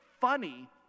funny